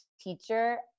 teacher